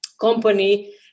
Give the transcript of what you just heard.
company